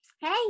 Hey